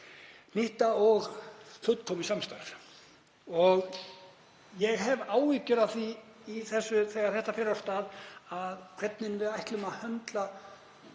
hnýtta og fullkomið samstarf. Ég hef áhyggjur af því þegar þetta fer af stað hvernig við ætlum að höndla